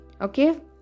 okay